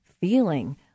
feeling